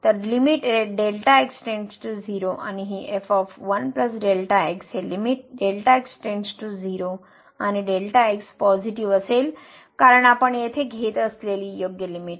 तर लिमिट → 0 आणि ही f 1 ही लिमिट → 0 आणि पॉझिटिव्ह असेल कारण आपण येथे घेत असलेली योग्य लिमिट